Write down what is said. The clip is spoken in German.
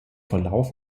verlauf